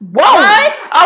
Whoa